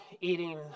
eating